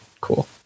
Cool